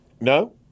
no